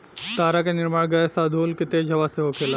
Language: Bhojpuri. तारा के निर्माण गैस आ धूल के तेज हवा से होखेला